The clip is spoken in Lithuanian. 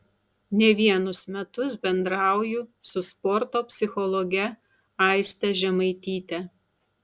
ne vienus metus bendrauju su sporto psichologe aiste žemaityte